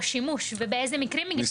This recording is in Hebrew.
שימוש ובאיזה מקרים מגישים כתבי אישום.